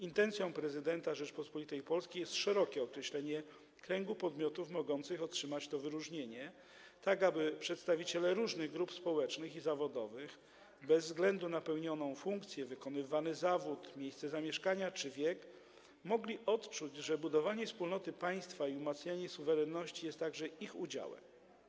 Intencją prezydenta Rzeczypospolitej Polskiej jest szerokie określenie kręgu podmiotów mogących otrzymać to wyróżnienie, tak aby przedstawiciele różnych grup społecznych i zawodowych, bez względu na pełnioną funkcję, wykonywany zawód, miejsce zamieszkania czy wiek, mogli odczuć, że budowanie wspólnoty państwa i umacnianie suwerenności jest także ich udziałem.